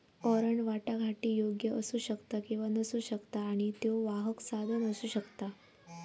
warrant वाटाघाटीयोग्य असू शकता किंवा नसू शकता आणि त्यो वाहक साधन असू शकता